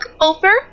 over